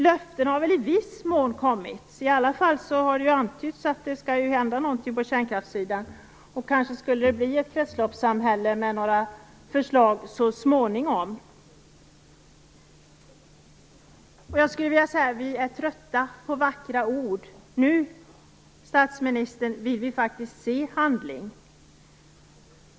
Löften har i viss mån kommit. I alla fall har det antytts att det skall hända någonting på kärnkraftssidan, och kanske skall det bli ett kretsloppssamhälle med några förslag så småningom. Men vi är trötta på vackra ord. Nu, statsministern, vill vi se handling.